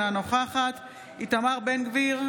אינה נוכחת איתמר בן גביר,